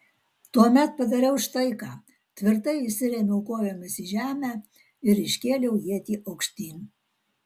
tuomet padariau štai ką tvirtai įsirėmiau kojomis į žemę ir iškėliau ietį aukštyn